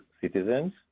citizens